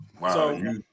Wow